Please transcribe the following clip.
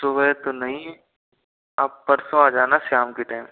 सुबह तो नहीं है आप परसों आ जाना शाम के टाइम